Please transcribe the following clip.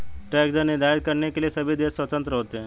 tax दर निर्धारित करने के लिए सभी देश स्वतंत्र होते है